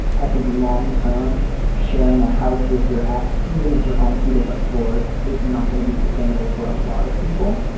i think long term sharing a house with your ex, even if you're on two different floors, is not going to be sustainable for a lot of people.